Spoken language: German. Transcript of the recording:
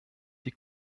die